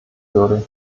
würde